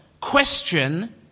question